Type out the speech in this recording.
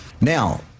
Now